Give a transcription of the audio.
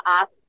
ask